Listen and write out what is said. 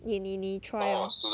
你你你 try